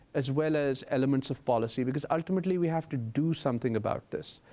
as well as elements of policy because ultimately we have to do something about this.